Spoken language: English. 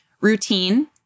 routine